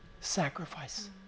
sacrifice